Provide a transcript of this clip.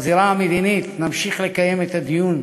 ובזירה המדינית נמשיך לקיים את הדיון